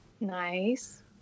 Nice